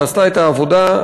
שעשתה את העבודה,